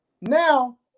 Now